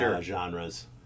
genres